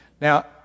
Now